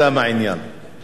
תודה רבה לאדוני.